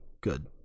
good